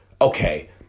okay